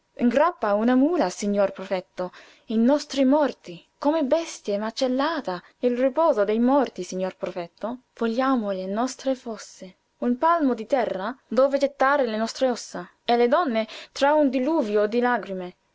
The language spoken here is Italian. a una mula signor prefetto i nostri morti come bestie macellate il riposo dei morti signor prefetto vogliamo le nostre fosse un palmo di terra dove gettare le nostre ossa e le donne tra un diluvio di lagrime